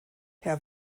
herr